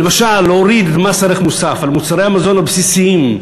ולמשל להוריד את מס הערך המוסף על מוצרי המזון הבסיסיים,